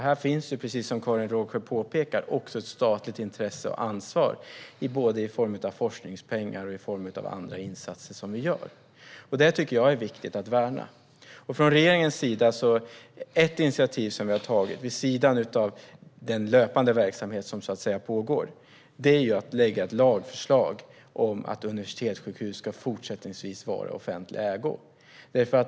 Här finns, precis som Karin Rågsjö påpekar, också ett statligt intresse och ansvar, både i form av forskningspengar och i form av andra insatser som vi gör. Det tycker jag är viktigt att värna. Ett initiativ som vi från regeringens sida har tagit vid sidan av den löpande verksamhet som pågår handlar om att lägga fram ett lagförslag om att universitetssjukhus fortsättningsvis ska vara i offentlig ägo.